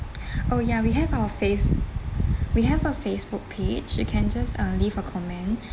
oh ya we have our face we have our Facebook page you can just uh leave a comment